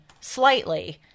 slightly